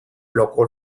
local